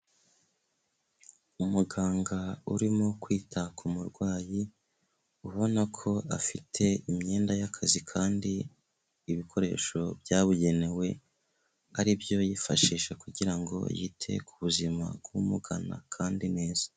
Umuganga urimo kwita ku murwayi ubona ko afite imyenda y'akazi kandi ibikoresho byabugenewe, ari byo aba yifashisha kugira ngo yite ku buzima bw'umugana kandi neza.